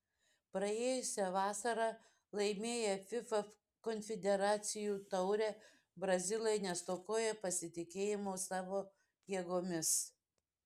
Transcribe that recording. praėjusią vasarą laimėję fifa konfederacijų taurę brazilai nestokoja pasitikėjimo savo jėgomis